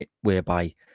whereby